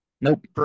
Nope